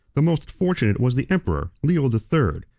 the most fortunate was the emperor leo the third,